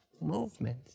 Movement